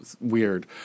weird